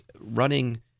running